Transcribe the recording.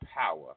power